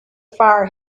fire